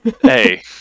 Hey